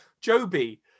Joby